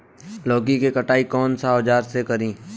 लौकी के कटाई कौन सा औजार से करी?